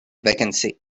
vacancy